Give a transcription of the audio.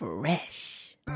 Fresh